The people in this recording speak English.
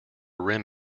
rim